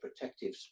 protective